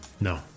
No